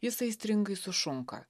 jis aistringai sušunka